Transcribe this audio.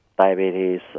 diabetes